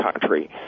country